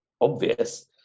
obvious